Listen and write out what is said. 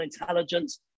intelligence